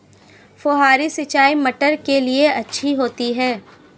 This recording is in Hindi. फुहारी सिंचाई मटर के लिए अच्छी होती है?